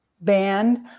band